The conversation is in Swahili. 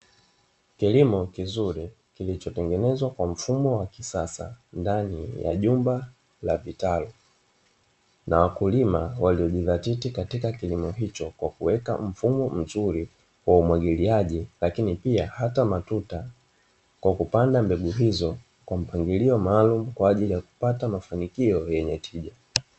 Kilimo kizuri kilichotengenezwa kwa mfumo wa kisasa ndani ya jumba la vitalu na wakulima waliojizatiti katika kilimo hicho kwa kuweka mfumo mzuri wa umwagiliaji, lakini pia hata matuta kwa kupanga mbegu hizo kwa mpangilio maalumu kwa ajili ya kupata mafanikio yenye tija.